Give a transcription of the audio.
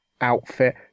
outfit